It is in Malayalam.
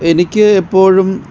എനിക്ക് എപ്പോഴും